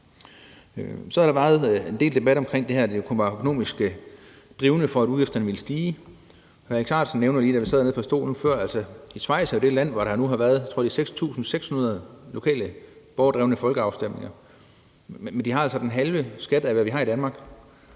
Så har der været en del debat omkring det her med, at det kunne være økonomisk drivende for, at udgifterne ville stige. Hr. Alex Ahrendtsen nævnte lige, da vi sad nede på pladserne før, at Schweiz jo er det land, hvor der nu har været, jeg tror, det er 6.600 lokale borgerdrevne folkeafstemninger, men de har altså den halve skat af, hvad vi har i Danmark.